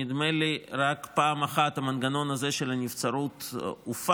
נדמה לי שפעם אחת המנגנון הזה של הנבצרות הופעל,